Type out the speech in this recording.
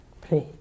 Please